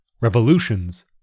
Revolutions